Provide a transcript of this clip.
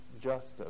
justice